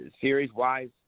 series-wise